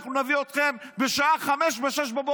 אנחנו נביא אתכם בשעה 05:00 ו-06:00.